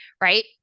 right